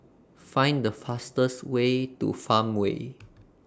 Find The fastest Way to Farmway